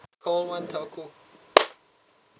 call one telco